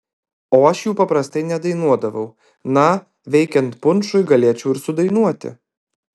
o aš jų paprastai nedainuodavau na veikiant punšui galėčiau ir sudainuoti